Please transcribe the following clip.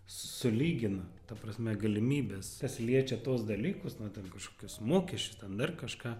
sulygina ta prasme galimybes kas liečia tuos dalykus na ten kažkokius mokesčius ten dar kažką